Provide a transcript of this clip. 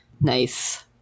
Nice